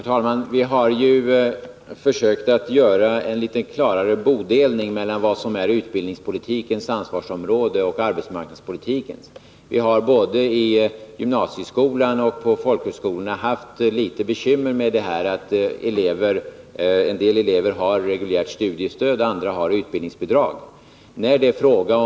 Herr talman! Vi har försökt göra en klarare bodelning mellan vad som är utbildningspolitikens ansvarsområde och arbetsmarknadspolitikens. Vi har både i gymnasieskolan och på folkhögskolorna haft litet bekymmer med att en del elever har reguljärt studiestöd och andra har utbildningsbidrag.